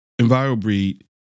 Envirobreed